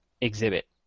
exhibit